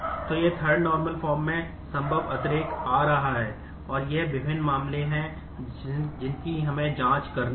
तो एक third normal form आ रहा है और ये विभिन्न मामले हैं जिनकी हमें जाँच करनी है